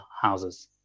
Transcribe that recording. houses